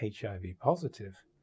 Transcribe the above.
HIV-positive